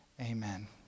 amen